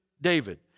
David